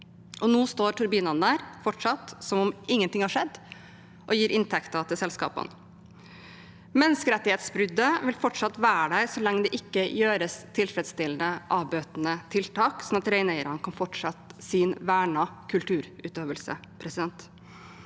Nå står turbinene der fortsatt, som om ingenting har skjedd, og gir inntekter til selskapene. Menneskerettighetsbruddet vil fortsatt være der så lenge det ikke gjøres tilfredsstillende avbøtende tiltak, sånn at reineierne kan fortsette sin vernede kulturutøvelse.